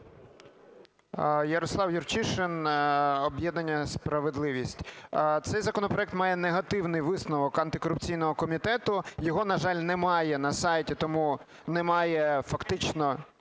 Ярослав Юрчишин, об'єднання "Справедливість". Цей законопроект має негативний висновок антикорупційного комітету. Його, на жаль, немає на сайті, тому немає фактично